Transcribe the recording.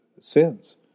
sins